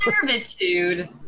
Servitude